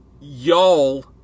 y'all